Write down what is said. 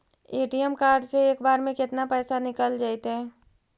ATM card से एक बार में केतना पैसा निकल जइतै?